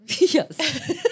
yes